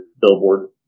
billboard